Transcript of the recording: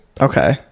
Okay